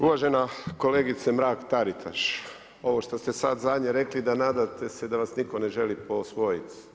Uvažena kolegice Mrak-Taritaš, ovo što ste sada zadnje rekli da nadate se da vas nitko ne želi posvojiti.